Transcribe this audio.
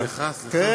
סליחה, סליחה.